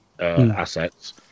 assets